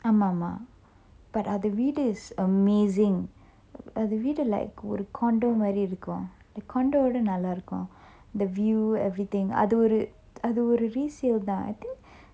ஆமாமா:aamama but அது வீடு:athu veedu is amazing அது வீடு:athu veedu like ஒரு:oru the condo மாறி இருக்கும்:mari irukkum condo ah விட நல்லா இருக்கும்:vida nalla irukkum the view everything அது ஒரு அது ஒரு:athu oru athu oru resale தான்:than I think